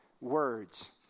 words